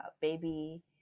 baby